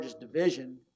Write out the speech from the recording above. division